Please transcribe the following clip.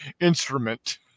instrument